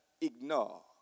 ignore